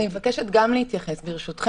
אני מבקשת גם להתייחס, ברשותכם.